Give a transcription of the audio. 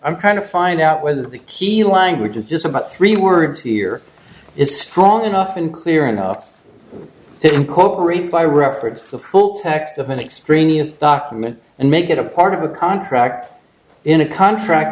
i'm trying to find out whether the key language in just about three words here is strong enough and clear enough to incorporate by reference the full text of an extremist document and make it a part of a contract in a contract